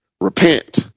Repent